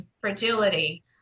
fragility